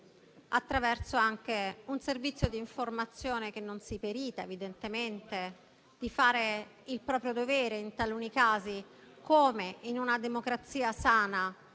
attraverso anche un servizio di informazione che non si perita evidentemente di fare il proprio dovere, in taluni casi, come in una democrazia sana,